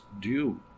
due